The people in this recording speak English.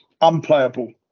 unplayable